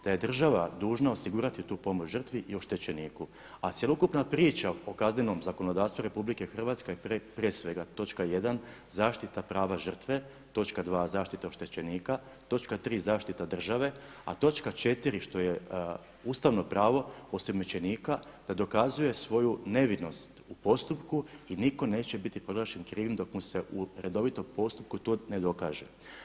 Da je država dužna osigurati tu pomoć žrtvi i oštećeniku, a cjelokupna priča o kaznenom zakonodavstvu Republike Hrvatske je prije svega točka 1. zaštita prava žrtve, točka 2. zaštita oštećenika, točka 3. zaštita države, a točka 4. što je ustavno pravo osumnjičenika da dokazuje svoju nevinost u postupku i nitko neće biti proglašen krivim dok mu se u redovitom postupku to ne dokaže.